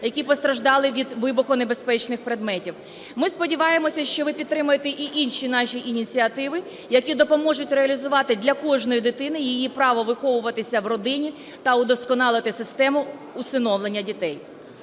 які постраждали від вибухонебезпечних предметів. Ми сподіваємося, що ви підтримаєте і інші наші ініціативи, які допоможуть реалізувати для кожної дитини її право виховуватися в родині та удосконалити систему усиновлення дітей.